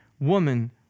woman